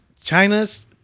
China's